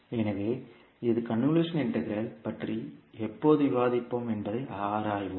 எனவே இது convolution integral பற்றி எப்போது விவாதிப்போம் என்பதை ஆராய்வோம்